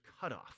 cutoff